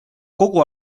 kogu